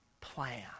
plan